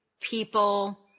people